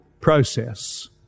process